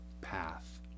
path